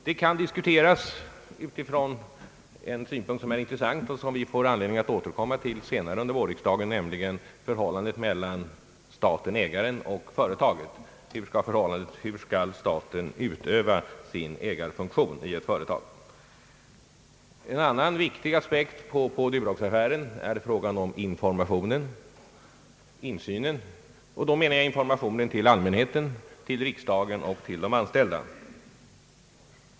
Detta kan diskuteras utifrån en synpunkt som är intressant och som vi får anledning återkomma till senare under vårriksdagen, nämligen förhållandet mellan staten-ägaren och företaget. Hur skall staten utöva sin ägarfunktion i företaget? En annan viktig aspekt på Duroxaffären är frågan om informationen, insynen, och då menar jag informationen till allmänheten, till riksdagen och till de anställda.